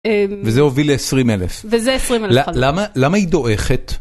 וזה הוביל ל-20,000, למה היא דורכת?